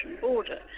border